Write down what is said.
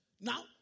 Now